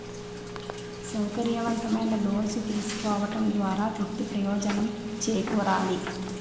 సౌకర్యవంతమైన లోన్స్ తీసుకోవడం ద్వారా వ్యక్తి ప్రయోజనం చేకూరాలి